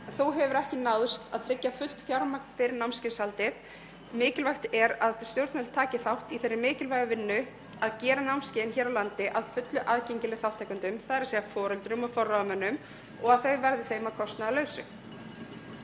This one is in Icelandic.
Þó hefur ekki náðst að tryggja fullt fjármagn fyrir námskeiðshaldið. Mikilvægt er að stjórnvöld taki þátt í þeirri mikilvægu vinnu að gera námskeiðin hér á landi að fullu aðgengileg þátttakendum, þ.e. foreldrum og forráðamönnum, og að þau verði þeim að kostnaðarlausu.